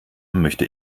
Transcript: möchte